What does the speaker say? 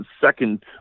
second